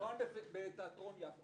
הוקרן בתיאטרון יפו.